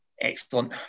excellent